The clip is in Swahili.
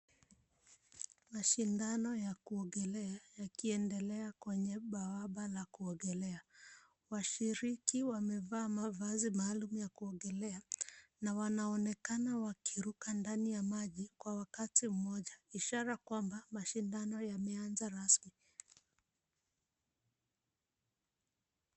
Mashindano ya kuogelea yakiendelea kwenye bwawa la kuogelea. Washiriki wamevaa mavazi maalum ya kuogelea na wanaonekana wakiruka ndani ya maji kwa wakati mmoja, ishara kwamba mashindano yameanza rasmi.